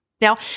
Now